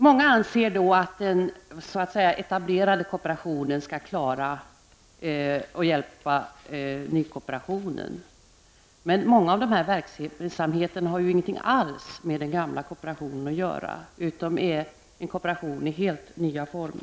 Många anser att den s.k. etablerade kooperationen skall klara av att hjälpa nykooperationen. Men många av verksamheterna har inget alls med den gamla kooperationen att göra, utan det är fråga om en kooperation i helt ny form.